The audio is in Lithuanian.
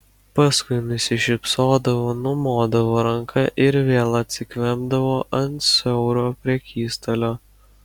paskui nusišypsodavo numodavo ranka ir vėl užsikvempdavo ant siauro prekystalio